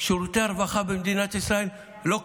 שירותי הרווחה במדינת ישראל לא קרסו,